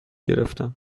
گرفتم